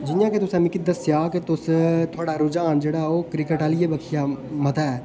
जियां की तुसे मिगी दस्सेया की तुस थुहाड़ा रुझान जेह्ड़ा ओह् क्रिकेट आह्ली बक्खीये मता ऐ